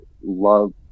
love